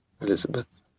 Elizabeth